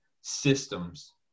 systems